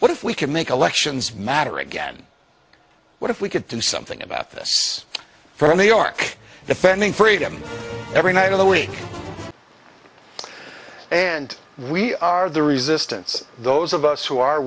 what if we could make elections matter again what if we could do something about this from the arc defending freedom every night of the week and we are the resistance those of us who are